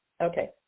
Okay